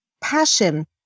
passion